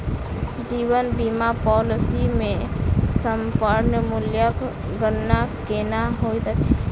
जीवन बीमा पॉलिसी मे समर्पण मूल्यक गणना केना होइत छैक?